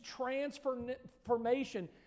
transformation